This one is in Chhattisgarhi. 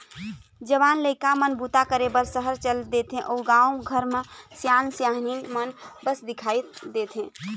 जवान लइका मन बूता करे बर सहर चल देथे अउ गाँव घर म सियान सियनहिन मन बस दिखउल देथे